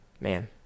man